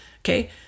okay